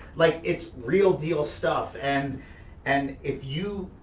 like it's real deal stuff and and if you